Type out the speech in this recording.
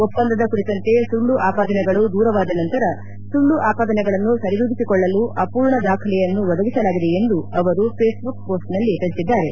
ಒಪ್ಪಂದದ ಕುರಿತಂತೆ ಸುಳ್ಳು ಆಪಾದನೆಗಳು ದೂರವಾದ ನಂತರ ಸುಳ್ಳು ಆಪಾದನೆಗಳನ್ನು ಸರಿದೂಗಿಸಿಕೊಳ್ಳಲು ಅಪೂರ್ಣ ದಾಖಲೆಯನ್ನು ಒದಗಿಸಲಾಗಿದೆ ಎಂದು ಅವರು ಫೇಸ್ಬುಕ್ ಪೋಸ್ಟ್ನಲ್ಲಿ ತಿಳಿಸಿದ್ದಾರೆ